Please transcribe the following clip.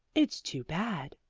it's too bad,